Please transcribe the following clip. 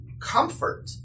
comfort